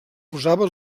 posava